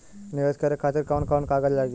नीवेश करे खातिर कवन कवन कागज लागि?